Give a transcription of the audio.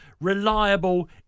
reliable